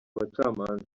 abacamanza